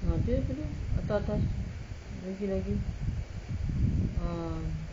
ah tu dia tu dia atas atas lagi lagi ah